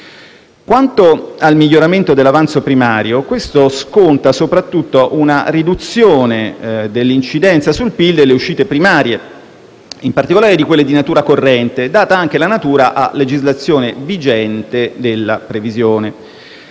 Quanto al miglioramento dell'avanzo primario, questo sconta soprattutto una riduzione dell'incidenza sul PIL delle uscite primarie, in particolare di quelle di natura corrente, data anche la natura a legislazione vigente della previsione.